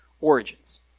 origins